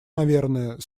наверное